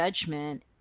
judgment